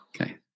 Okay